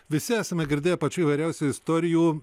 visi esame girdėję pačių įvairiausių istorijų